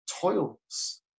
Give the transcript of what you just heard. toils